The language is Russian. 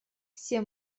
все